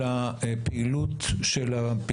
שלו,